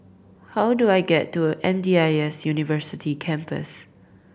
how do I get to M D I S University Campus